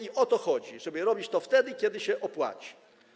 I o to chodzi, żeby robić to wtedy, kiedy się opłaci.